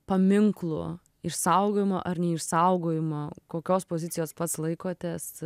paminklų išsaugojimą ar neišsaugojimą kokios pozicijos pats laikotės